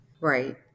Right